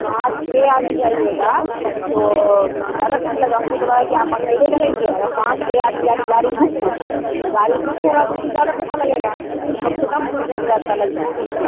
पाँच छः आदमी जाएगा तो ज़्यादा पैसा लगा हमको तो लगा आप अकेले रहेंगे अगर पाँच छः आदमी यानी गाड़ी बुक होगी तो गाड़ी बुक होगी तो उसमें ज़्यादा पैसा लगेगा तो कम से कम पच्चीस हज़ार रुपये लग जाएँगे आपको